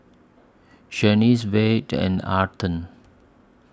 Shaniece Vaughn and Arden